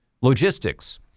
logistics